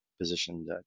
Positioned